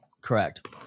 Correct